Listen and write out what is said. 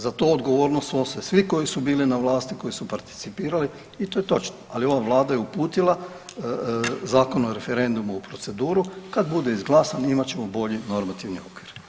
Za to odgovornost snose svi koji su bili na vlasti, koji su participirali i to je točno, ali ova vlada je uputila Zakon o referendumu u proceduru, kad bude izglasan imat ćemo bolji normativni okvir.